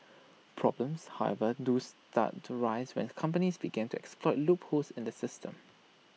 problems however do start to rise when companies begin to exploit loopholes in the system